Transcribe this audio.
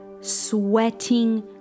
sweating